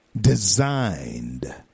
designed